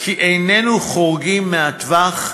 כי איננו חורגים מהטווח,